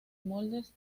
moldes